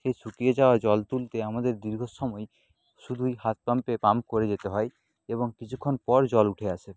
এ শুকিয়ে যাওয়া জল তুলতে আমাদের দীর্ঘ সময় শুধুই হাত পাম্পে পাম্প করে যেতে হয় এবং কিছুক্ষণ পর জল উঠে আসে